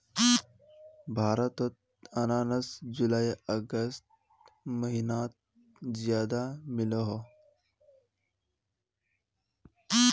भारतोत अनानास जुलाई अगस्त महिनात ज्यादा मिलोह